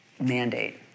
mandate